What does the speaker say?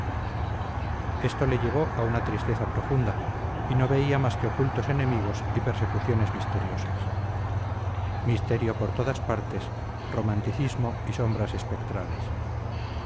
esto le llevó a una tristeza profunda y no veía más que ocultos enemigos y persecuciones misteriosas misterio por todas partes romanticismo y sombras espectrales